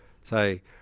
say